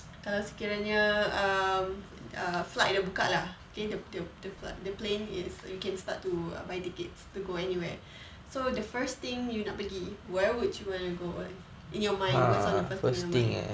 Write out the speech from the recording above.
kalau sekiranya err um flight dah buka lah the the the the plane is you can start to buy tickets to go anywhere so the first thing you nak pergi where would you want to go in your mind what's in the first thing on your mind